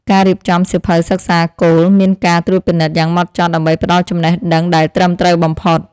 ការរៀបចំសៀវភៅសិក្សាគោលមានការត្រួតពិនិត្យយ៉ាងហ្មត់ចត់ដើម្បីផ្តល់ចំណេះដឹងដែលត្រឹមត្រូវបំផុត។